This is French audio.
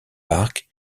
park